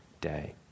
day